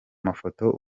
mafoto